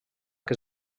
que